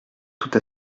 toute